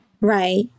Right